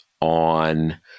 on